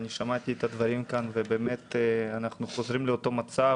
אני שמעתי את הדברים כאן ובאמת אנחנו חוזרים לאותו מצב